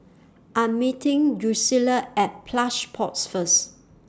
I Am meeting Drucilla At Plush Pods First